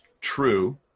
true